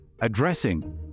addressing